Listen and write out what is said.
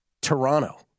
Toronto